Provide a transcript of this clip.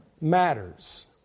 matters